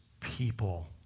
people